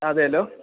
അതെയല്ലോ